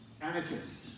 anarchist